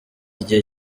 igihe